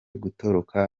gutoroka